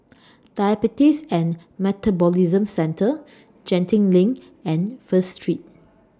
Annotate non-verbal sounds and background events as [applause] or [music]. [noise] Diabetes and Metabolism Centre Genting LINK and First Street